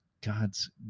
God's